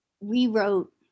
rewrote